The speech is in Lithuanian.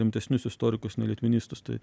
rimtesnius istorikus nelitvinistus tai